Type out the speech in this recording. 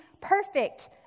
perfect